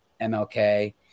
MLK